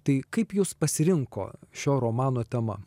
tai kaip jus pasirinko šio romano tema